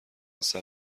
است